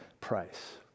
price